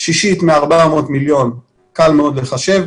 שישית מ-400 מיליון שקלים,